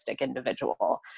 individual